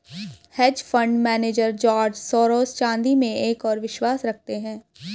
hedge fund manager George Soros चांदी में एक और विश्वास रखते हैं